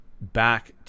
back